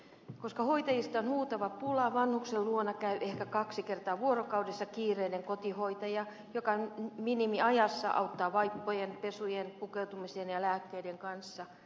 koska hoitajista on huutava pula vanhuksen luona käy ehkä kaksi kertaa vuorokaudessa kiireinen kotihoitaja joka minimiajassa auttaa vaippojen pesujen pukeutumisen ja lääkkeiden kanssa